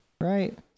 right